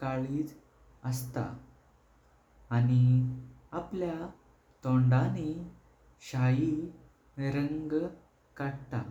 कळिज अस्तात आनी आपल्या तोंडानी श्याई रंग कडता।